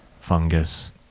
fungus